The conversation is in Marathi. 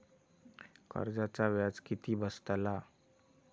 कर्जाचा व्याज किती बसतला?